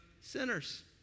sinners